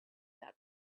that